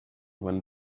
when